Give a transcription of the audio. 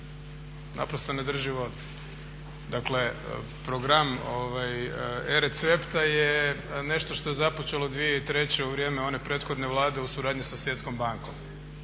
Naprosto ne drži vodu. Dakle program e-recepta je nešto što je započelo 2003. u vrijeme one prethodne Vlade u suradnji sa Svjetskom bankom.